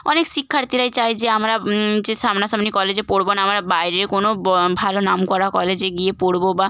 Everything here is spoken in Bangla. অনেক শিক্ষার্থীরাই চায় যে আমরা যে সামনাসামনি কলেজে পড়ব না আমরা বাইরের কোনো ভালো নামকরা কলেজে গিয়ে পড়ব বা